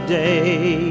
day